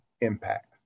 impact